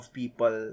people